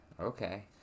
Okay